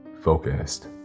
focused